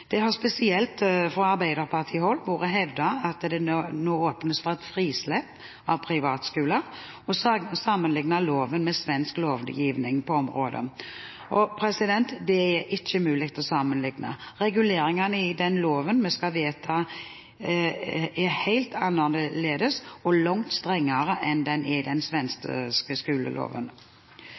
Det har spesielt fra arbeiderpartihold vært hevdet at det nå åpnes for et frislipp av privatskoler, og en sammenlikner loven med svensk lovgivning på området. Det er ikke mulig å sammenlikne. Reguleringene i den loven vi skal vedta, er helt annerledes og langt strengere enn i den svenske skoleloven.